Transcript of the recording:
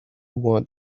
want